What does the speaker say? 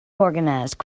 organized